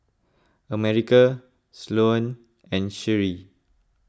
America Sloane and Sheree